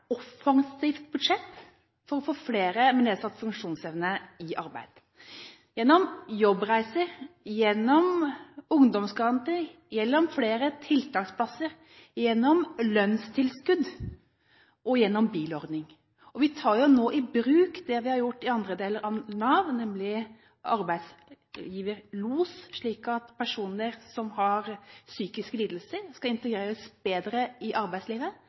offensivt budsjett for å få flere med nedsatt funksjonsevne i arbeid, gjennom jobbreiser, gjennom ungdomsgaranti, gjennom flere tiltaksplasser, gjennom lønnstilskudd og gjennom bilordning. Vi tar nå i bruk det vi har gjort i andre deler av Nav, nemlig arbeidsgiverlos, slik at personer som har psykiske lidelser, skal integreres bedre i arbeidslivet.